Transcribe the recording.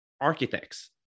architects